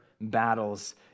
battles